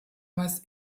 meist